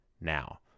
now